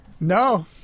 No